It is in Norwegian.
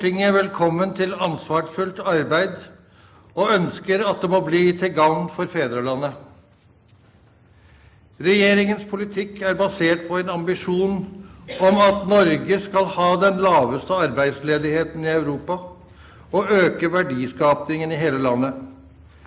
Stortinget velkommen til ansvarsfullt arbeid og ønsker at det må bli til gagn for fedrelandet. Regjeringens politikk er basert på en ambisjon om at – Norge skal ha den laveste arbeidsledigheten i Europa og øke verdiskapingen i hele landet,